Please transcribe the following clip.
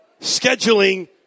scheduling